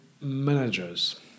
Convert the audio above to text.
managers